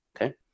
Okay